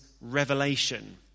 revelation